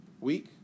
Week